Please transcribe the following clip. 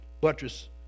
buttress